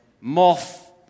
Moth